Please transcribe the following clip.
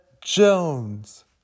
Jones